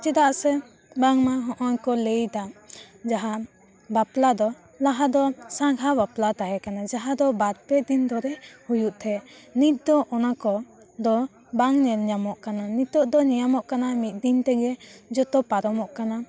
ᱪᱮᱫᱟᱜ ᱥᱮ ᱵᱚᱝᱢᱟ ᱦᱚᱜᱼᱚᱭ ᱠᱚ ᱞᱟᱹᱭ ᱫᱟ ᱡᱟᱦᱟᱸ ᱵᱟᱯᱞᱟ ᱫᱚ ᱞᱟᱦᱟ ᱫᱚ ᱥᱟᱸᱜᱷᱟ ᱵᱟᱯᱞᱟ ᱛᱟᱦᱮᱸ ᱠᱟᱱᱟ ᱡᱟᱦᱟᱸ ᱫᱚ ᱵᱟᱨ ᱯᱮ ᱫᱤᱱ ᱫᱷᱚᱨᱮ ᱦᱩᱭᱩᱜ ᱛᱟᱦᱮᱸᱜ ᱱᱤᱛ ᱫᱚ ᱚᱱᱟ ᱠᱚ ᱫᱚ ᱵᱟᱝ ᱧᱮᱞ ᱧᱟᱢᱚᱜ ᱠᱟᱱᱟ ᱱᱤᱛᱳᱜ ᱫᱚ ᱧᱮᱧᱟᱢᱚᱜ ᱠᱟᱱᱟ ᱢᱤᱫ ᱫᱤᱱ ᱛᱮᱜᱮ ᱡᱚᱛᱚ ᱯᱟᱨᱚᱢᱚᱜ ᱠᱟᱱᱟ